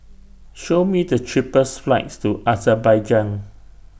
Show Me The cheapest flights to Azerbaijan